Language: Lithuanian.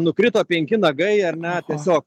nukrito penki nagai ar ne tiesiog